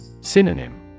Synonym